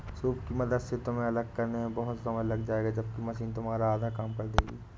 soup की मदद से तुम्हें अलग करने में बहुत समय लग जाएगा जबकि मशीन तुम्हारा काम आधा कर देगी